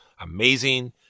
amazing